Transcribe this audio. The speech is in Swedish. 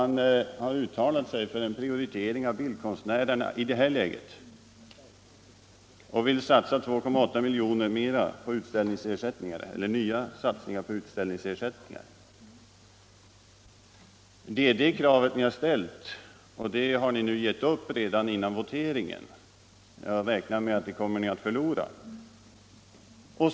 Ni har uttalat er för en prioritering av bildkonstnärerna och vill satsa 2,8 milj.kr. på utställningsersättningar. Det är det krav ni har ställt, och det har ni nu gett upp redan före voteringen, för ni räknar med att ni kommer att förlora i den.